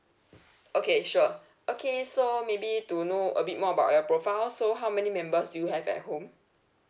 okay sure okay so maybe to know a bit more about your profile so how many members do you have at home